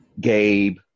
Gabe